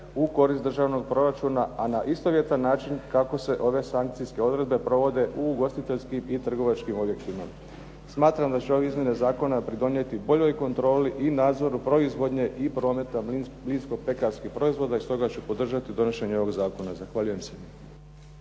u korist državnog proračuna a na istovjetan način kako se ove sankcijske odredbe provode u ugostiteljskim i trgovačkim …/Govornik se ne razumije./…. Smatram da će ove izmjene zakona pridonijeti boljoj kontroli i nadzoru proizvodnje i prometa mlinsko pekarskih proizvoda i stoga ću podržati donošenje ovoga zakona. Zahvaljujem se.